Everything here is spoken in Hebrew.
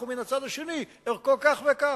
ומן הצד השני ערכו כך וכך.